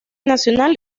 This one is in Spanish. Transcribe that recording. nacional